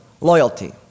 loyalty